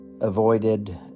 avoided